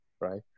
right